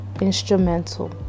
instrumental